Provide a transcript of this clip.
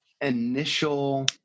initial